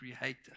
creator